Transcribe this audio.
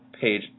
page